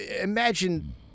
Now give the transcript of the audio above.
Imagine